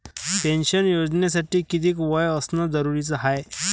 Pension योजनेसाठी कितीक वय असनं जरुरीच हाय?